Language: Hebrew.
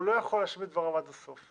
הוא לא יכול להשלים את דבריו עד הסוף,